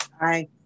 Aye